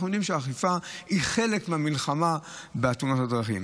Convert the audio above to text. אנחנו יודעים שאכיפה היא חלק מהמלחמה בתאונות הדרכים.